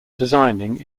designing